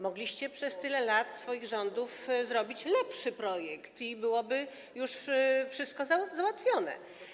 Mogliście przez tyle lat swoich rządów zrobić lepszy projekt i byłoby już wszystko załatwione.